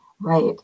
right